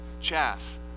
chaff